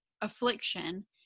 affliction